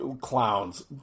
clowns